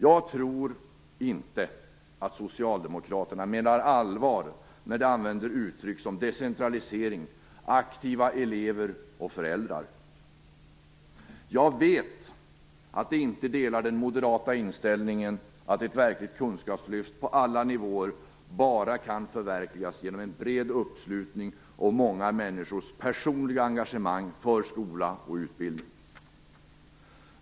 Jag tror inte att socialdemokraterna menar allvar när de använder uttryck som decentralisering, aktiva elever och föräldrar. Jag vet att de inte delar den moderata inställningen att ett verkligt kunskapslyft på alla nivåer bara kan förverkligas genom en bred uppslutning och många människors personliga engagemang i skola och utbildning.